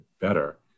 better